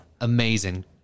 Amazing